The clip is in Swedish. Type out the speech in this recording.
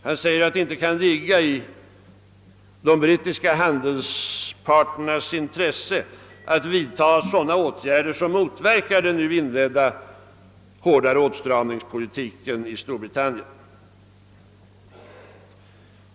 Han säger »att det inte kan ligga i de brittiska handelspartnernas intresse att vidta sådana egna åtgärder som motverkar den nu inledda hårdare åtstramningspoliti ken i Storbritannien».